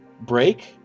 break